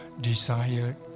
desired